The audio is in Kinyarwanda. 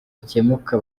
bikemuka